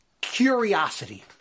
curiosity